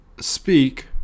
speak